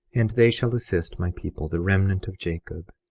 and they shall assist my people, the remnant of jacob,